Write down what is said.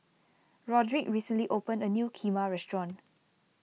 Roderick recently opened a new Kheema restaurant